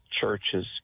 churches